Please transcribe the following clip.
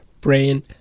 brain